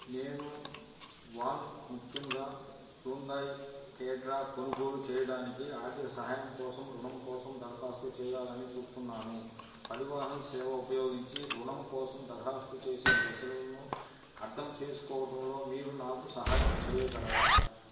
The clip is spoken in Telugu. నేను వాన్ ముఖ్యముగా హ్యుందాయ్ కేట్రా కొనుగోలు చేయడానికి ఆర్థిక సహాయం కోసం రుణం కోసం దరఖాస్తు చేయాలని చూస్తున్నాను పరివాహన్ సేవ ఉపయోగించి రుణము కోసం దరఖాస్తు చేసే దశలను అర్థం చేసుకోవడంలో మీరు నాకు సహాయం చేయగలరా